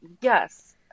yes